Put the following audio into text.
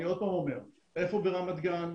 אני שוב אומר: איפה ברמת גן?